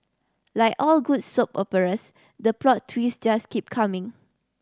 like all good soap operas the plot twist just keep coming